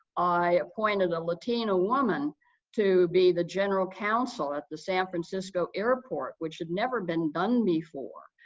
i appointed a latina woman to be the general counsel at the san francisco airport, which had never been done before,